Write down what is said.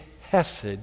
hesed